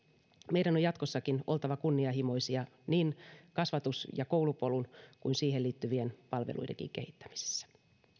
meidän on jatkossakin oltava kunnianhimoisia niin kasvatus ja koulupolun kuin siihen liittyvien palveluidenkin kehittämisessä